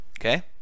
Okay